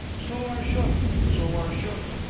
sowar shuk sowar shuk!